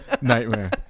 nightmare